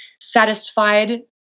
satisfied